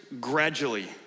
gradually